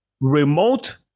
remote